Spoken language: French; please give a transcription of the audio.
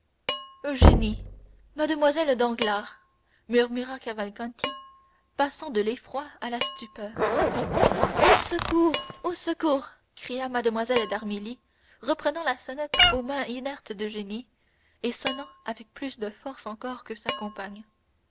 eugénie mademoiselle danglars murmura cavalcanti passant de l'effroi à la stupeur au secours au secours cria mlle d'armilly reprenant la sonnette aux mains inertes d'eugénie et sonnant avec plus de force encore que sa compagne